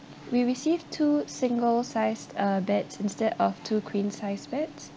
we received two single sized uh beds instead of two queen size beds